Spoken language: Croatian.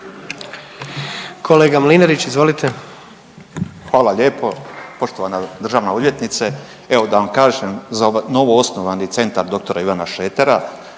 **Mlinarić, Stipo (DP)** Hvala lijepo. Poštovana državna odvjetnice, evo da vam kažem za novoosnovani Centar dr. Ivana Šretera